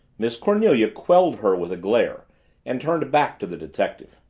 miss cornelia quelled her with a glare and turned back to the detective.